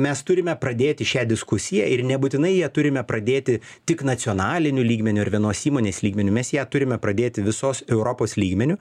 mes turime pradėti šią diskusiją ir nebūtinai ją turime pradėti tik nacionaliniu lygmeniu ir vienos įmonės lygmeniu mes ją turime pradėti visos europos lygmeniu